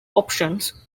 options